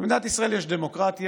במדינת ישראל יש דמוקרטיה.